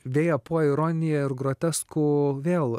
deja po ironija ir grotesku vėl